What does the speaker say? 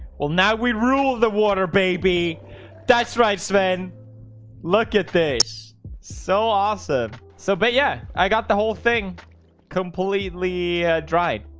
well now we rule the water, baby that's right sven look at this so awesome. so but yeah, i got the whole thing completely dried